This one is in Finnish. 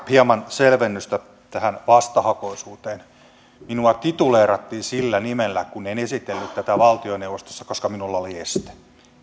hieman selvennystä tähän vastahakoisuuteen minua tituleerattiin sillä nimellä kun en esitellyt tätä valtioneuvostossa koska minulla oli este